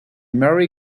merry